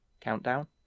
countdown